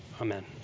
Amen